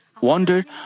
wondered